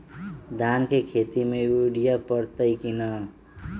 धान के खेती में यूरिया परतइ कि न?